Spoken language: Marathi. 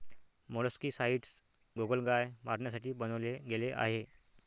मोलस्कीसाइडस गोगलगाय मारण्यासाठी बनवले गेले आहे